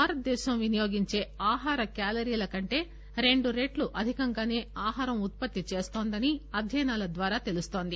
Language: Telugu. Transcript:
భారతదేశం వినియోగించే ఆహార క్యాలరీల కంటే రెండు రెట్లు అధికంగానే ఆహారం ఉత్పత్తి చేస్తోందని అధ్యయనాల ద్వారా తెలుస్తోంది